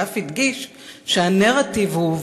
ואף הדגיש שהנרטיב הוא,